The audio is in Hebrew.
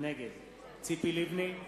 נגד ציפי לבני,